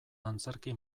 antzerki